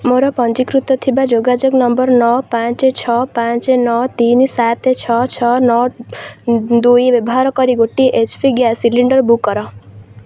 ମୋର ପଞ୍ଜୀକୃତ ଥିବା ଯୋଗାଯୋଗ ନମ୍ବର୍ ନଅ ପାଞ୍ଚ ଛଅ ପାଞ୍ଚ ନଅ ତିନି ସାତ ଛଅ ଛଅ ନଅ ଦୁଇ ବ୍ୟବାହାର କରି ଗୋଟିଏ H P gas cylinder book କର